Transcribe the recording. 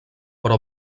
però